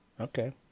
Okay